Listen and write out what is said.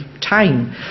time